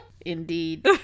indeed